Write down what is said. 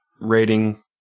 rating